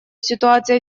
ситуация